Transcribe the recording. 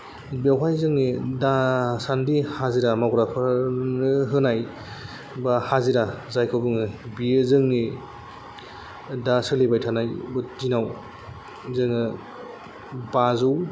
बेयावहाय जोंनि दासान्दि हाजिरा मावग्राफोरनो होनाय बा हाजिरा जायखौ बुङो बियो जोंनि दा सोलिबाय थानाय बे दिनाव जोङो बाजौ